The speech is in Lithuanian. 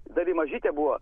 dar ji mažytė buvo